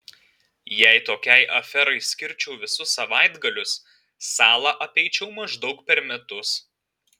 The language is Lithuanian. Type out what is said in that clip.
jei tokiai aferai skirčiau visus savaitgalius salą apeičiau maždaug per metus